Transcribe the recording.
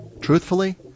Truthfully